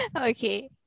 okay